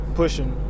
pushing